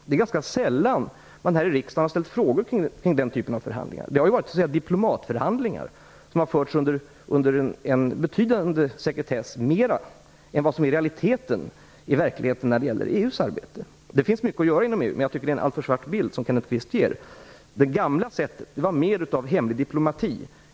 Det är ganska sällan som man här i riksdagen har ställt frågor kring den typen av förhandlingar. Det har så att säga varit diplomatförhandlingar, som mera har förts i sekretess än vad som i realiteten sker i EU:s arbete. Det finns mycket att göra inom EU, men jag tycker att det är en alltför svart bild som Kenneth Kvist ger. Det gamla sättet var mer av hemlig diplomati.